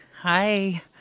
Hi